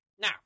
Now